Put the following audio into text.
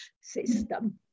System